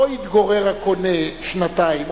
לא התגורר הקונה שנתיים,